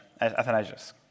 Athanasius